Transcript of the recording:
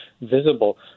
visible